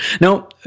Now